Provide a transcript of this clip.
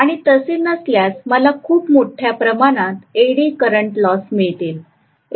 आणि तसे नसल्यास मला खूप मोठ्या प्रमाणात एडी करंट लॉसेस मिळतील